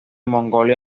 mongolia